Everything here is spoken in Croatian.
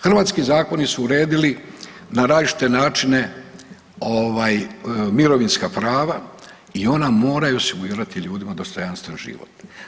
Hrvatski zakoni su uredili na različite načine ovaj mirovinska prava i ona moraju osigurati ljudima dostojanstven život.